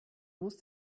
musst